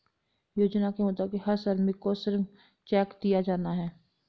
योजना के मुताबिक हर श्रमिक को श्रम चेक दिया जाना हैं